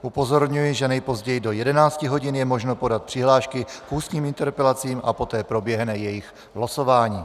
Upozorňuji, že nejpozději do 11 hodin je možno podat přihlášky k ústním interpelacím a poté proběhne jejich losování.